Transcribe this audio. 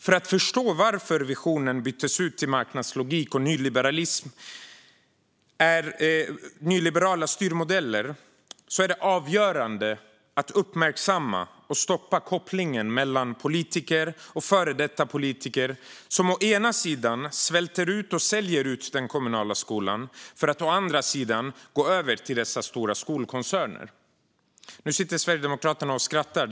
För att förstå varför visionen byttes ut till marknadslogik och nyliberala styrmodeller är det avgörande att uppmärksamma och stoppa kopplingen mellan politiker och före detta politiker som å ena sidan svälter ut och säljer ut den kommunala skolan, och å andra sidan går över till dessa stora skolkoncerner. Nu sitter Sverigedemokraterna och skrattar.